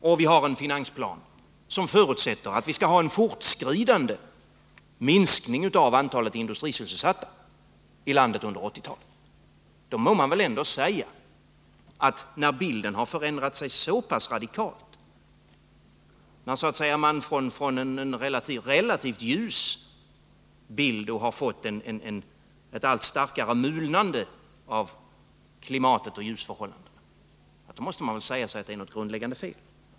Och vi har en finansplan som förutsätter att vi under 1980-talet skall ha en fortskridande minskning av antalet industrisysselsatta i landet. När bilden har förändrat sig så radikalt, när den från att ha varit relativt ljus blir allt mörkare och när molnen hopar sig, då måste det väl vara något grundläggande fel?